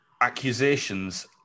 accusations